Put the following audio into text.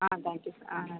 thank you sir நன்றி